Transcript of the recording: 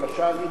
למשל אם הוא,